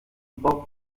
bob